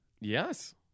Yes